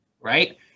right